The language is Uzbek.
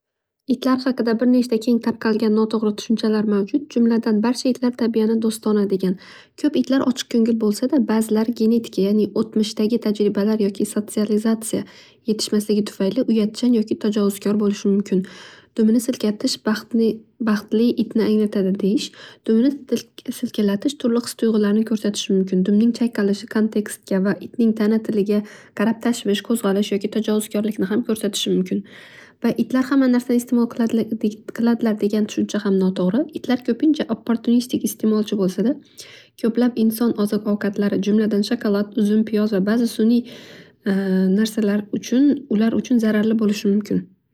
Itlar haqida bir nechta keng tarqalgan noto'g'ri tushunchalar mavjud. Jumladan barcha itlar tabiatan do'stona degan. Ko'p itlar ochiq ko'ngil bo'lsada bazilari genetika yani o'tmishdagi tajribalar yoki sotsiolizatsiya yetishmasligi tufayi uyatchang yoki tajovuzkor bo'lishi mumkin. Dumini silkatish baxtli itni anglatadi deyish dumini silkalatish turli xis tuyg'ularni ko'rsatishi mumkin. Dumning chayqalishi kontekstga va itning tana tiliga qarab tashvish qo'zg'alish yoki tajovuzkorlikni ham ko'rsatish mumkin. Va itlar hamma narsani istemol qiladilar degan tushuncha ham noto'g'ri. Ko'pincha opportunistik istemolchi bo'lsada ko'plab inson oziq ovqatlari jumladan shokolod, uzum piyoz va ba'zi suniy narsalar uchun ular uchun zararli bo'ishi mumkin.